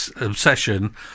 obsession